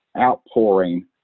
outpouring